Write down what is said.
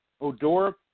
Odor